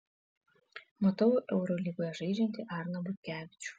matau eurolygoje žaidžiantį arną butkevičių